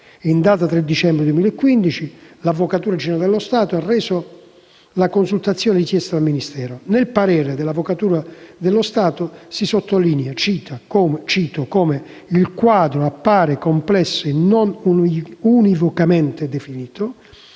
In data 3 dicembre 2015, l'Avvocatura generale dello Stato ha reso la consultazione richiesta dal Ministero. Nel parere, l'Avvocatura generale dello Stato ha sottolineato come «il quadro appare complesso e non univocamente definito,